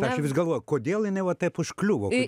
aš vis galvoju kodėl jinai va taip užkliuvo kodė